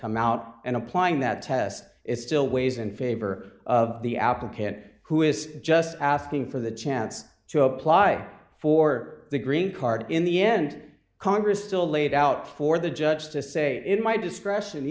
come out and applying that test it still weighs in favor of the applicant who is just asking for the chance to apply for the green card in the end congress still laid out for the judge to say in my discretion